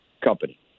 company